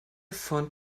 von